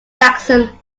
saxon